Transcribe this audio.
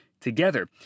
together